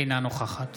אינה נוכחת